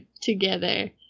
together